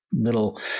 little